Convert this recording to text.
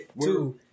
Two